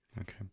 Okay